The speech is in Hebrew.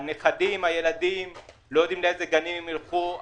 הנכדים והילדים לא יודעים לאילו גנים הם ילכו,